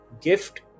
gift